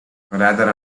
rather